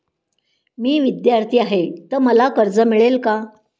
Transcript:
मी विद्यार्थी आहे तर मला कर्ज मिळेल का?